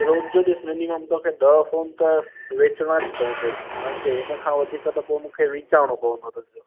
रोज जो ॾिस मिनिमम तोखे ॾह फ़ोन त विकिरिणा पवंदा ई ॼण त हिनखां वधीक त पोइ मूंखे वीचारणो पवंदो त